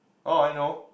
oh I know